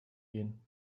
gehen